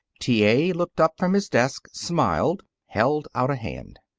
t. a. looked up from his desk, smiled, held out a hand.